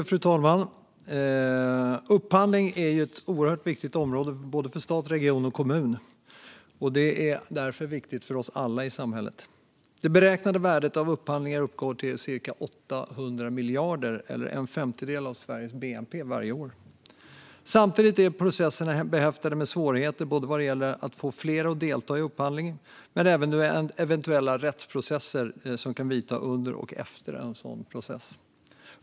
Fru talman! Upphandling är ett oerhört viktigt område för både stat, region och kommun och därmed för oss alla i samhället. Det beräknade värdet av upphandlingar uppgår till cirka 800 miljarder eller en femtedel av Sveriges bnp varje år. Samtidigt är processerna behäftade med svårigheter vad gäller att få fler att delta i upphandlingar men även eventuella rättsprocesser som kan vidta under och efter processer.